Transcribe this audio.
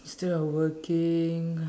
still are working